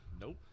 Nope